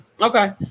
Okay